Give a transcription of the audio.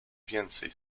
więcej